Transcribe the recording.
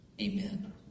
Amen